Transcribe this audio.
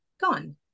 gone